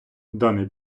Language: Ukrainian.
даний